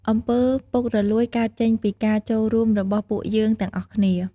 អំពើពុករលួយកើតចេញពីការចូលរួមរបស់ពួកយើងទាំងអស់គ្នា។